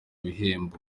bihembo